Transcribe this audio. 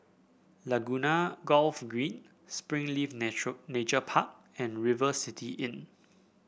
Laguna Golf Green Springleaf Nature Nature Park and River City Inn